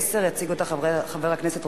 חברי חברי הכנסת,